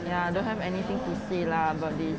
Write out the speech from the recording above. ya don't have anything to say lah about this